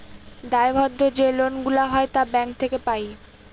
দায়বদ্ধ যে লোন গুলা হয় তা ব্যাঙ্ক থেকে পাই